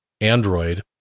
Android